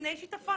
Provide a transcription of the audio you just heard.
לפני שיטפון.